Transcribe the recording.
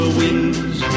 wings